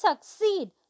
succeed